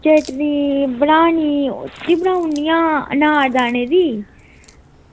चटनी बनानी उसी बनाई ओड़नी आं अनारदाने दी